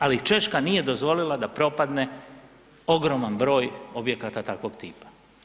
Ali Češka nije dozvolila da propadne ogroman broj objekata takvog tipa.